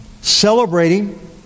celebrating